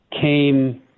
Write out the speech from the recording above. came